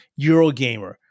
Eurogamer